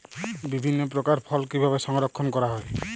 বিভিন্ন প্রকার ফল কিভাবে সংরক্ষণ করা হয়?